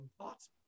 Thoughts